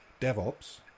DevOps